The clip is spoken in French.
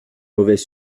mauvais